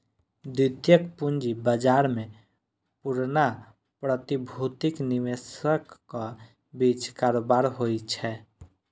द्वितीयक पूंजी बाजार मे पुरना प्रतिभूतिक निवेशकक बीच कारोबार होइ छै